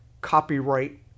copyright